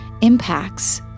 impacts